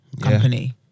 company